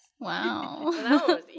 Wow